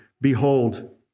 Behold